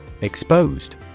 Exposed